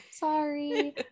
sorry